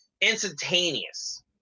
instantaneous